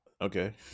Okay